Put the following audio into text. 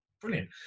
brilliant